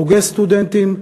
פוגש סטודנטים,